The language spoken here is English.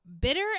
Bitter